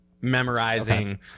memorizing